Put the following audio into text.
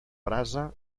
brasa